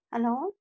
hello